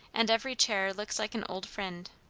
and every chair looks like an old friend.